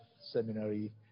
Seminary